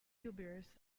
tubers